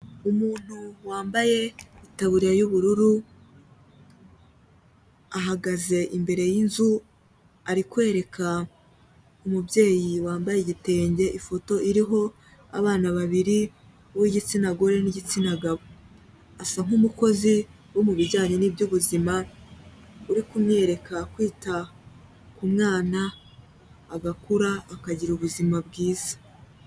Umuntu wambaye itaburiya y'ubururu, ahagaze imbere y'inzu ari kwereka umubyeyi wambaye igitenge ifoto iriho abana babiri, uw'igitsina gore n'igitsina gabo, asa nk'umukozi wo mu bijyanye n'iby'ubuzima, uri kumwereka kwita ku mwana agakura akagira ubuzima bwiza.